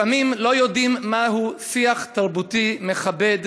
לפעמים לא יודעים מהו שיח תרבותי מכבד,